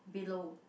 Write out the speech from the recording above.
below